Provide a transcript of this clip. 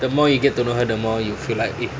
the more you get to know her the more you feel like it